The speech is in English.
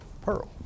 pearl